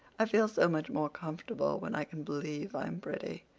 i feel so much more comfortable when i can believe i'm pretty.